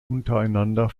untereinander